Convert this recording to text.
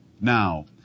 now